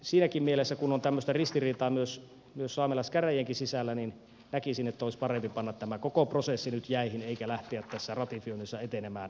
siinäkin mielessä kun on tämmöistä ristiriitaa saamelaiskäräjienkin sisällä näkisin että olisi parempi panna tämä koko prosessi nyt jäihin eikä lähteä tässä ratifioinnissa etenemään